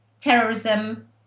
terrorism